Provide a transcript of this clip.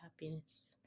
happiness